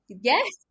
Yes